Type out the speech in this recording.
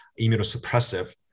immunosuppressive